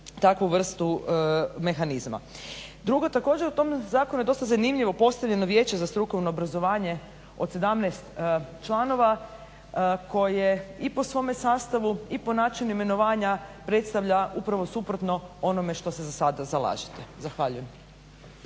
takvu vrstu mehanizma. Drugo, također u tom zakonu je dosta zanimljivo postavljeno Vijeće za strukovno obrazovanje od 17 članova koje i po svome sastavu i po načinu imenovanja predstavlja upravo suprotno onome što se za sada zalažete. Zahvaljujem.